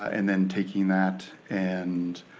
and then taking that and